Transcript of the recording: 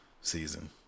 season